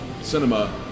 cinema